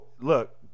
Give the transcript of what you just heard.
look